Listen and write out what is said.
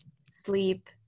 sleep